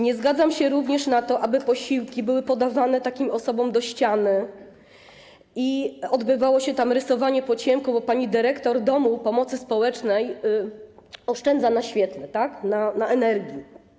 Nie zgadzam się również na to, aby posiłki były podawane takim osobom do ściany, ani na to, żeby odbywało się tam rysowanie po ciemku, bo pani dyrektor domu pomocy społecznej oszczędza na świetle, na energii.